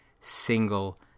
single